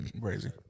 crazy